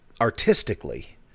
artistically